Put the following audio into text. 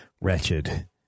wretched